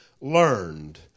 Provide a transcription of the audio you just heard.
learned